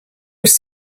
was